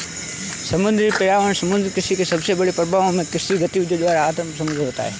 समुद्री पर्यावरण समुद्री कृषि के सबसे बड़े प्रभावों में से कृषि गतिविधियों द्वारा आत्मप्रदूषण है